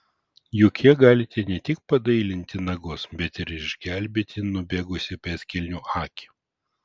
juk ja galite ne tik padailinti nagus bet ir išgelbėti nubėgusią pėdkelnių akį